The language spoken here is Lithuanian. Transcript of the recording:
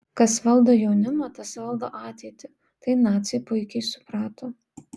kas valdo jaunimą tas valdo ateitį tai naciai puikiai suprato